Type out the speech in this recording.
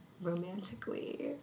romantically